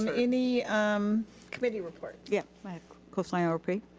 and any um committee reports? yeah, my coastline rp.